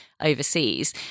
overseas